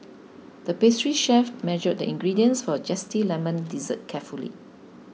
the pastry chef measured the ingredients for a Zesty Lemon Dessert carefully